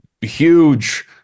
Huge